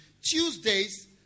Tuesdays